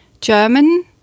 German